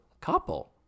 couple